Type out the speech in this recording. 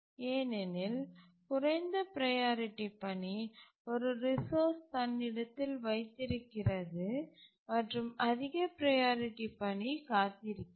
ஏனெனில் குறைந்த ப்ரையாரிட்டி பணி ஒரு ரிசோர்ஸ் தன்னிடத்தில் வைத்திருக்கிறது மற்றும் அதிக ப்ரையாரிட்டி பணி காத்திருக்கிறது